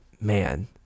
man